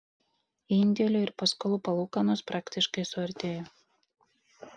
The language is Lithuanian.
indėlių ir paskolų palūkanos praktiškai suartėjo